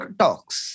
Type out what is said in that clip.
talks